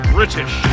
British